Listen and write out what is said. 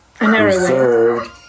reserved